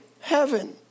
heaven